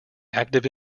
active